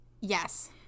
yes